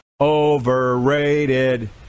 overrated